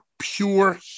pure